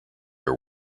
are